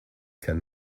kann